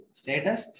status